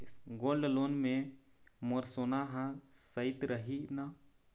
Gold loan मे मोर सोना हा सइत रही न?